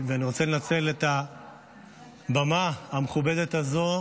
אני רוצה לנצל את הבמה המכובדת הזאת